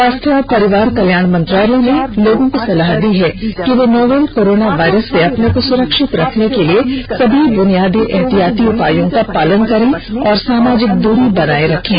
स्वास्थ्य और परिवार कल्याण मंत्रालय ने लोगों को सलाह दी है कि वे नोवल कोरोना वायरस से अपने को सुरक्षित रखने के लिए सभी बुनियादी एहतियाती उपायों का पालन करें और सामाजिक दूरी बनाए रखें